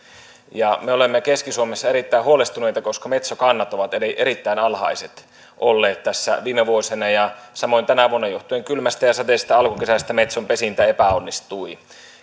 me olemme keski suomessa erittäin huolestuneita koska metsokannat ovat erittäin alhaiset olleet tässä viime vuosina ja samoin tänä vuonna johtuen kylmästä ja sateisesta alkukesästä metson pesintä epäonnistui